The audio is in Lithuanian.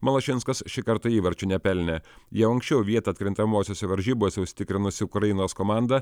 malašinskas šį kartą įvarčių nepelnė jau anksčiau vietą atkrintamosiose varžybose užsitikrinusi ukrainos komanda